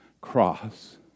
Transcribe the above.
cross